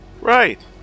Right